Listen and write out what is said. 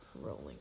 Rolling